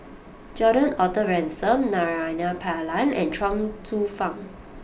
Gordon Arthur Ransome Naraina Pillai and Chuang Hsueh Fang